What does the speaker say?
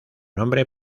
nombre